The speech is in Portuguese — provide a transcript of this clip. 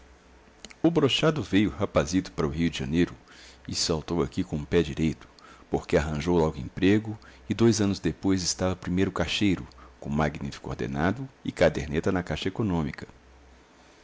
a brocha o brochado veio rapazito para o rio de janeiro e saltou aqui com o pé direito porque arranjou logo emprego e dois anos depois estava primeiro caixeiro com magnífico ordenado e caderneta na caixa econômica